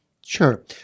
Sure